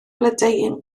blodeuyn